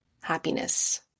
happiness